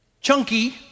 chunky